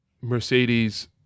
Mercedes